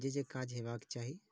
जे जे काज हेबाक चाही